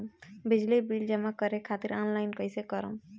बिजली बिल जमा करे खातिर आनलाइन कइसे करम?